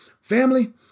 family